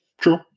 True